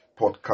podcast